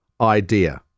idea